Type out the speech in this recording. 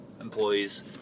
employees